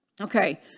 Okay